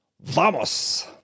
Vamos